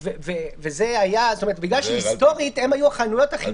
וזה היה בגלל שהיסטורית הן היו החנויות החיוניות בתקופת הסגר.